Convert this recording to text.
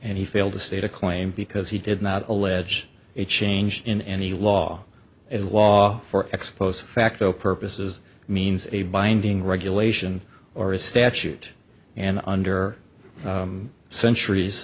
and he failed to state a claim because he did not allege a change in any law a law for ex post facto purposes means a binding regulation or a statute and under centuries